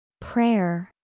Prayer